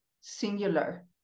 singular